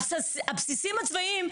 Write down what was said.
הבסיסים הצבאיים,